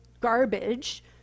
garbage